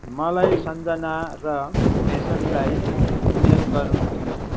मलाई सन्जना र मेसनलाई इमेल गर्नु छ